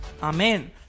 Amen